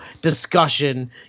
discussion